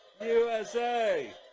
USA